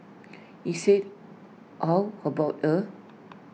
he said how about her